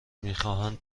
میخواهند